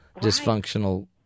dysfunctional